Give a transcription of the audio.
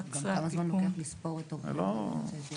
זה לא כזה